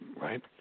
right